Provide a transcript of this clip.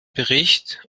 bericht